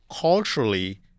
Culturally